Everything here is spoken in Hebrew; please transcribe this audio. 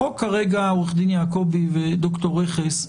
החוק כרגע, עורך דין יעקבי וד"ר רכס,